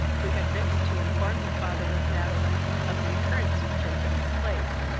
who had written to inform the father of madeline of the occurrence which had taken place,